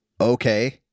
okay